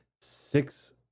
six